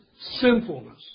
sinfulness